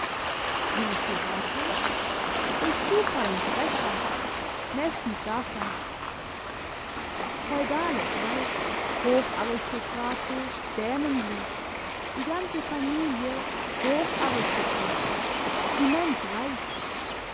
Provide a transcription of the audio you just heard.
wie ich hierherkam durch zufall und frechheit nächstens davon feudales weib hocharistokratisch dänenblut die ganze familie hocharistokratisch immens reich